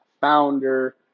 founder